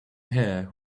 hair